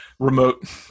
remote